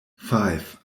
five